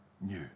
new